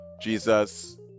Jesus